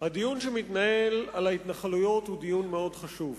הדיון שמתנהל על ההתנחלויות הוא דיון מאוד חשוב,